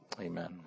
Amen